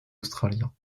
australien